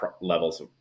levels